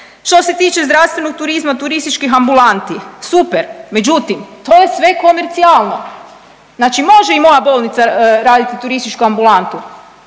Što se tiče zdravstvenog turizma turističkih ambulanti, super, međutim to je sve komercijalno. Znači može i moja bolnica raditi turističku ambulantu,